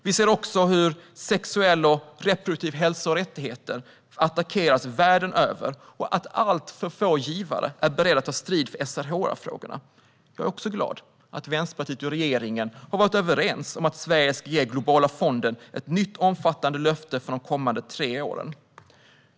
Vi ser också hur sexuell och reproduktiv hälsa och rättigheter attackeras världen över och att alltför få givare är beredda att ta strid för SRHR-frågorna. Jag är också glad över att Vänsterpartiet och regeringen har varit överens om att Sverige ska ge Globala fonden ett nytt och omfattande löfte för de kommande tre åren.